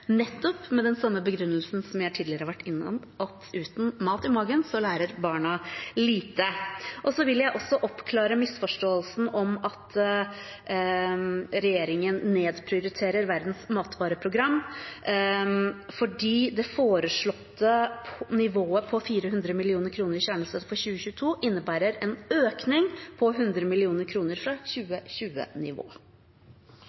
nettopp med den samme begrunnelsen som jeg tidligere har vært innom: Uten mat i magen lærer barna lite. Så vil jeg også oppklare misforståelsen om at regjeringen nedprioriterer Verdens matvareprogram. Det foreslåtte nivået på 400 mill. kr i kjernestøtte for 2022 innebærer en økning på 100 mill. kr fra